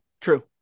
true